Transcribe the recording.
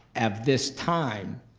at this time,